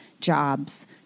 jobs